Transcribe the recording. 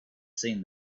seen